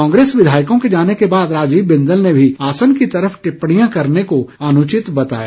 कांग्रेस के जाने के बाद राजीव बिंदल ने मी आसन की तरफ टिप्पणियां करने को अनुचित बताया